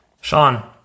Sean